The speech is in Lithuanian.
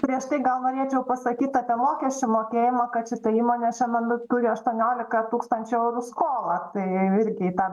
prieš tai gal norėčiau pasakyt apie mokesčių mokėjimą kad šita įmonė šiuo metu turi aštuoniolika tūkstančių eurų skolą tai irgi į tą